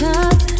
up